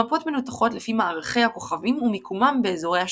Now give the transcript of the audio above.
המפות מנותחות לפי מערכי הכוכבים ומיקומם באזורי השמיים.